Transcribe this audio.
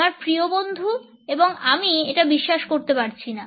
আমার প্রিয় বন্ধু এবং আমি এটা বিশ্বাস করতে পারছি না